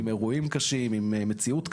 עם אירועים קשים ועם מציאות קשה.